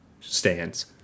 stands